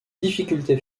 difficultés